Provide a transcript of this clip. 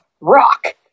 rock